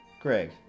Greg